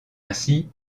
ainsi